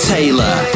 Taylor